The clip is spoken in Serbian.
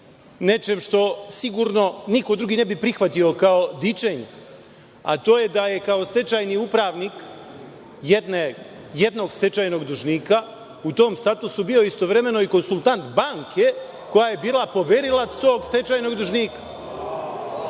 nečim što sigurno niko drugi ne bi prihvatio kao dičenje, to je da je kao stečajni upravnik jednog stečajnog dužnika u tom statusu bio istovremeno i konsultant banke koja je bila poverilac tog stečajnog dužnika.